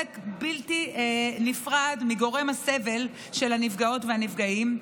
בלתי נפרד מגורם הסבל של הנפגעות והנפגעים,